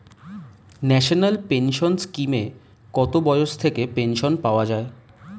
National pension স্কিমে কত বয়স থেকে পেনশন পাওয়া যায়?